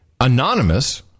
Anonymous